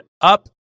up